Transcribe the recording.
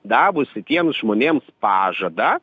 davusi tiems žmonėms pažadą